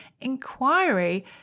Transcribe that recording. Inquiry